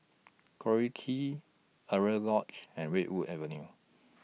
Collyer Quay Alaunia Lodge and Redwood Avenue